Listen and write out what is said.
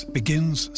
begins